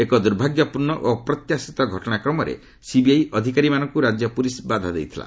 ଏକ ଦୂର୍ଭାଗ୍ୟପୂର୍ଣ୍ଣ ଓ ଅପ୍ୟତ୍ୟାଶିତ ଘଟଣା କ୍ରମରେ ସିବିଆଇ ଅଧିକାରୀମାନଙ୍କୁ ରାଜ୍ୟ ପୁଲିସ୍ ବାଧା ଦେଇଥିଲା